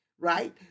right